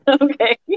okay